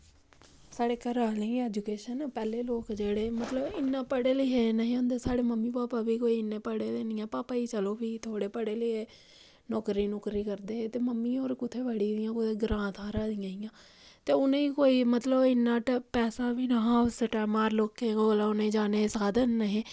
साढ़े घरा आह्लें दी एजूकेशन पैह्लें लोक जेह्ड़े मतलब इन्ने पढ़े लिखे दे निं हे होंदे साढ़े मम्मी पापा बी कोई इन्ने पढ़े दे निं हे साढ़े पापा ते चलो थोह्ड़ा पढ़े दे हे ते नौकरी करदे हे ते मम्मी होर कुत्थें पढ़ी दि'यां हियां ते कोई ग्रांऽ थाह्रा हियां ते उ'नें गी कोई मतलब इन्ना पैसा बी निं हा उस टाइम लोकें कोल औने जाने दे साधन निं हे